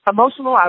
Emotional